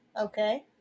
Okay